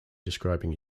describing